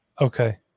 Okay